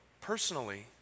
personally